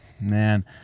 man